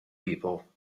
people